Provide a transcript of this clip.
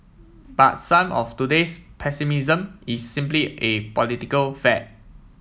but some of today's pessimism is simply a political fad